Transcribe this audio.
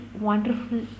wonderful